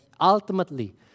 ultimately